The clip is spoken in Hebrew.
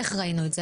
איך ראינו את זה?